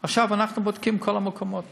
אנחנו בודקים את כל המקומות כרגע.